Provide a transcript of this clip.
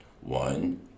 One